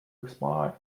expire